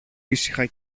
ήσυχα